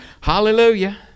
Hallelujah